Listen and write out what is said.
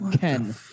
Ken